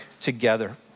together